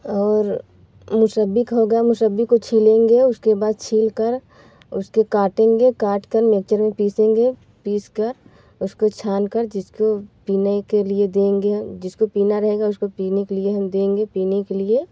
और मौसंबी का होगा मौसंबी को छीलेंगे उसके बाद छीलकर उसको काटेंगे काटकर मिक्चर में पीसेंगे पीसकर उसको छानकर जिसको पीने के लिए देंगे जिसको पीना रहेगा उसको पीने के लिए हम देंगे पीने के लिए